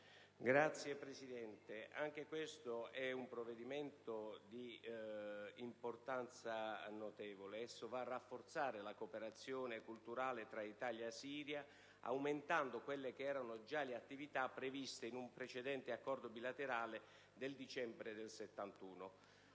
Signora Presidente, anche questo è un provvedimento di importanza notevole. Esso va a rafforzare la cooperazione culturale tra Italia e Siria, aumentando le attività già previste in un precedente Accordo bilaterale risalente al dicembre del 1971.